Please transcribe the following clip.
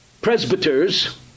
presbyters